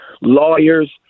lawyers